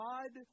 God